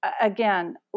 Again